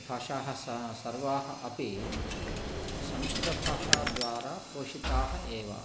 भाषाः स सर्वाः अपि संस्कृतभाषाद्वारा पोषिताः एव